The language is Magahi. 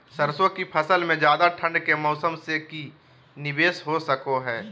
सरसों की फसल में ज्यादा ठंड के मौसम से की निवेस हो सको हय?